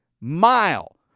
mile